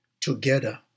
together